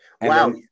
Wow